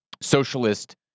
socialist